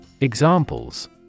Examples